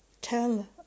tell